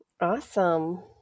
Awesome